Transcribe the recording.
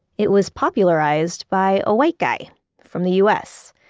it was popularized by, a white guy from the u s,